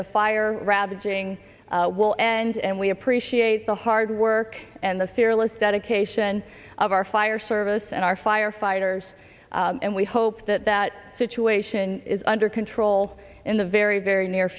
the fire ravaging will and we appreciate the hard work and the fearless dedication of our fire service and our firefighters and we hope that that situation is under control in the very very near